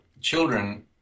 children